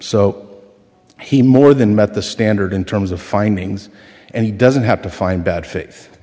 so he more than met the standard in terms of findings and he doesn't have to find bad fa